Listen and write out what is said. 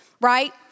right